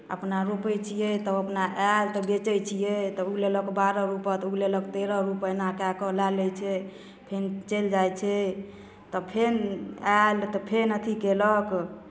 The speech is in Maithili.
अपना रोपै छियै तब अपना आयल तऽ बेचै छियै तऽ ओ लेलक बारह रुपैए तऽ ओ लेलक तेरह रुपैए एना कए कऽ लए लैत छै फेर चलि जाइ छै तऽ फेर आयल तऽ फेर अथी कयलक